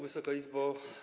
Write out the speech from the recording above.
Wysoka Izbo!